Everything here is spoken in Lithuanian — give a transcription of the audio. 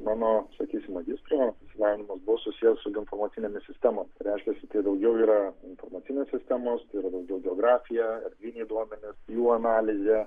mano sakysim magistro išsilavinimas bus susiję su informacinėmis sistemomis reiškiasi tai daugiau yra informacinės sistemos tai yra daugiau gegografija erdviniai duomenys jų analizė